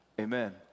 amen